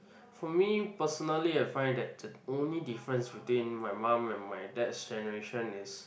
for me personally I find that the only difference between my mum and my dad's generation is